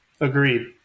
Agreed